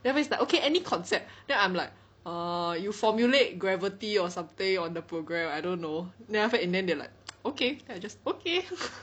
that means like okay any concept then I'm like err you formulate gravity or something on the program I don't know then after that in the end they like okay then I just okay